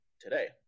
today